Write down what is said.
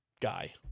guy